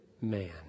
man